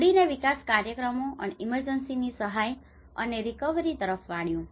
મુડીને વિકાસ કાર્યક્રમો અને ઇમરજન્સી સહાય અને રિકવરીrecoveryપુનઃપ્રાપ્તિ તરફ વાળ્યું